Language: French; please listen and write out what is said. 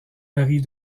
varient